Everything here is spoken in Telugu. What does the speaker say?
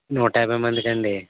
నూట యాభై మందికండి